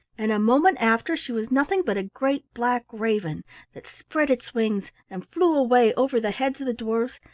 and a moment after she was nothing but a great black raven that spread its wings, and flew away over the heads of the dwarfs,